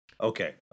Okay